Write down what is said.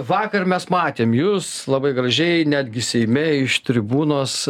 vakar mes matėm jus labai gražiai netgi seime iš tribūnos